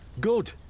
Good